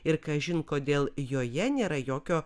ir kažin kodėl joje nėra jokio